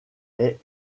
est